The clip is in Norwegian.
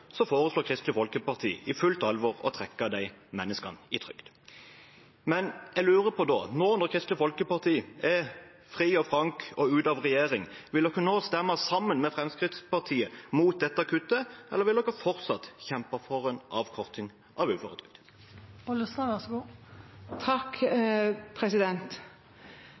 foreslår Kristelig Folkeparti i fullt alvor å trekke de menneskene i trygd. Jeg lurer på: Nå når Kristelig Folkeparti er fri og frank og ute av regjering, vil de stemme sammen med Fremskrittspartiet mot dette kuttet, eller vil de fortsatt kjempe for en avkortning av